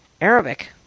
Arabic